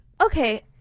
Okay